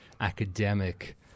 academic